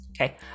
Okay